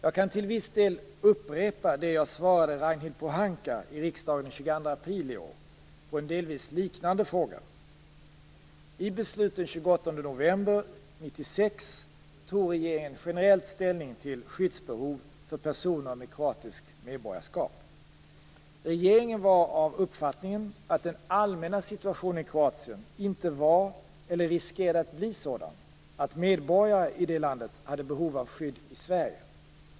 Jag kan till viss del upprepa det jag svarade Ragnhild Pohanka i riksdagen den 22 april i år på en delvis liknande fråga. I beslut den 28 november 1996 tog regeringen generellt ställning till skyddsbehov för personer med kroatiskt medborgarskap. Regeringen var av uppfattningen att den allmänna situationen i Kroatien inte var eller riskerade att bli sådan att medborgare i det landet hade behov av skydd i Sverige.